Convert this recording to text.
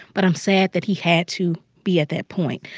but i'm sad that he had to be at that point.